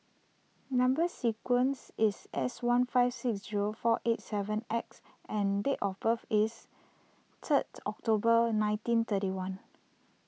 Number Sequence is S one five six zero four eight seven X and date of birth is third October nineteen thirty one